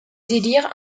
délires